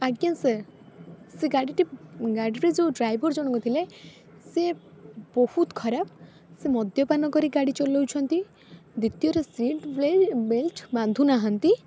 ଆଜ୍ଞା ସାର୍ ସେ ଗାଡ଼ିଟି ସେ ଗାଡ଼ିରେ ଯେଉଁ ଡ୍ରାଇଭର୍ ଜଣକ ଥିଲେ ସିଏ ବହୁତ ଖରାପ ସିଏ ମଦ୍ୟପାନ କରି ଗାଡ଼ି ଚଲଉଛନ୍ତି ଦ୍ୱିତୀୟରେ ସିଟ୍ ବ୍ଲେ ସିଟ୍ ବେଲ୍ଟ ବାନ୍ଧୁ ନାହାଁନ୍ତି